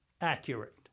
accurate